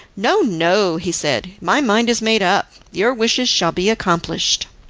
no, no, he said, my mind is made up. your wishes shall be accomplished.